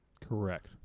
Correct